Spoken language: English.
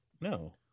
No